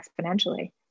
exponentially